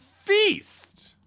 feast